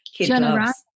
generosity